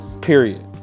period